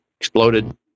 exploded